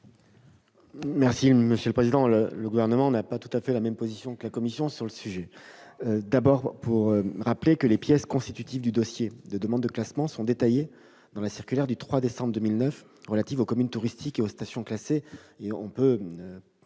l'avis du Gouvernement ? Le Gouvernement n'a pas tout à fait la même position que la commission sur le sujet. Ah !... D'abord, je veux rappeler que les pièces constitutives du dossier de demande de classement sont détaillées dans la circulaire du 3 décembre 2009 relative aux communes touristiques et aux stations classées